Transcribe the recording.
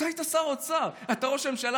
אתה היית שר האוצר, אתה ראש הממשלה.